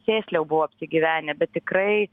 sėsliau buvo apsigyvenę bet tikrai